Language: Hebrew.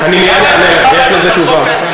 למה אין משאל עם על חוק ההסדרים,